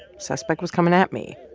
suspect was coming at me,